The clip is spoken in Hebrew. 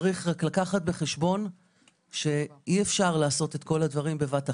צריך רק לקחת בחשבון שאי אפשר לעשות את כל הדברים בבת אחת,